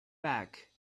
back